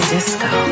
Disco